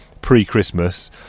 pre-Christmas